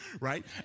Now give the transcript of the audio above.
right